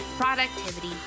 productivity